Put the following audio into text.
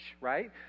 right